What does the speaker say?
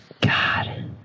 god